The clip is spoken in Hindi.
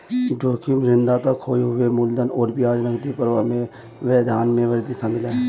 जोखिम ऋणदाता खोए हुए मूलधन और ब्याज नकदी प्रवाह में व्यवधान में वृद्धि शामिल है